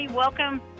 Welcome